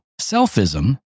Selfism